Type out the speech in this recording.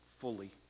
fully